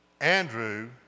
Andrew